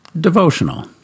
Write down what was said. devotional